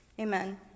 amen